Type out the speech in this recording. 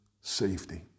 safety